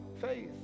faith